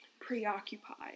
preoccupied